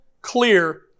clear